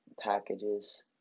packages